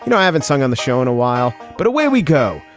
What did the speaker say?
you know i haven't sung on the show in a while, but away we go.